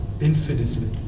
Infinitely